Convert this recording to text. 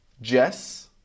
Jess